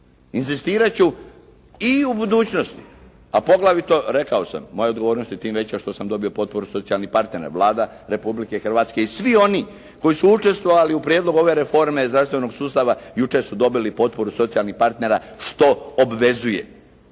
Inzistirati ću i u budućnosti, a poglavito, rekao sam moja odgovornost je tim veća što sam dobio potporu socijalnih partnera, Vlada Republike Hrvatske i svi oni koji su učestvovali u prijedlogu ove reforme zdravstvenog sustava, jučer su dobili potporu socijalnih partnera što obvezuje.